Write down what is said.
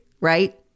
right